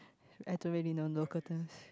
I don't really know local talents